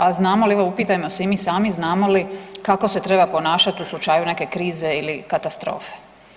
A znamo, evo upitajmo se i mi sami znamo li kako se treba ponašati u slučaju neke krize ili katastrofe.